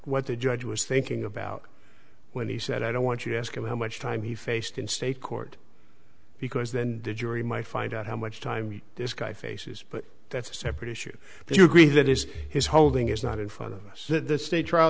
what the judge was thinking about when he said i don't want you to ask him how much time he faced in state court because then the jury might find out how much time this guy faces but that's a separate issue but you agree that is his holding is not in front of us the state trial